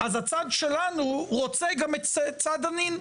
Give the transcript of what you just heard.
אז הצד שלנו רוצה גם את צד הנין.